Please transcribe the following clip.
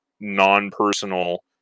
non-personal